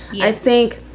i think